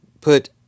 put